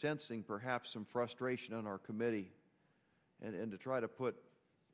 sensing perhaps some frustration on our committee and to try to put